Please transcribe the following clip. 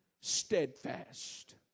steadfast